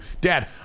Dad